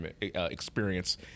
experience